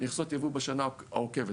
מכסות יבוא בשנה העוקבת.